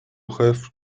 have